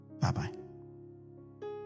Bye-bye